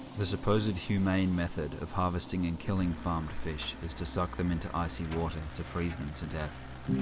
the supposed humane method of harvesting and killing farmed fish is to suck them into icy water to freeze them to death.